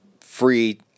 free